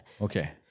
Okay